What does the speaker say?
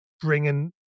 bringing